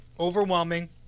overwhelming